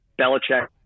Belichick